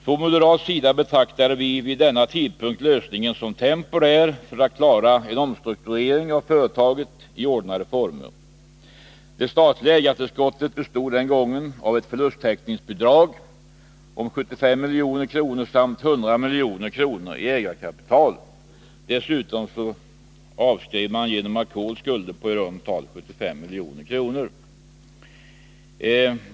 Från moderat sida betraktade vi vid denna tidpunkt lösningen som temporär för att klara en omstrukturering av företaget i ordnade former. Det statliga ägartillskottet bestod den gången av ett förlusttäckningsbidrag om 75 milj.kr. samt 100 milj.kr. i ägarkapital. Dessutom avskrevs genom ackord skulder på i runt tal 75 milj.kr.